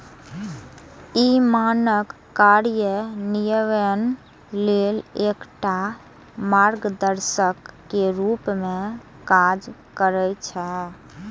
ई मानक कार्यान्वयन लेल एकटा मार्गदर्शक के रूप मे काज करै छै